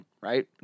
Right